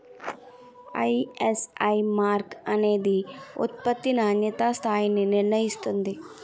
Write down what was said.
ISI mark అనేది ఉత్పత్తి నాణ్యతా స్థాయిని నిర్ణయిస్తుంది